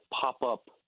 pop-up